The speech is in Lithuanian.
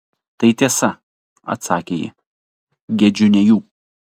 tai tiesa atsakė ji gedžiu ne jų